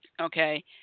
Okay